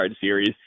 series